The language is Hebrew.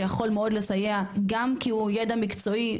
שיכול מאוד לסייע גם כי הוא ידע מקצועי,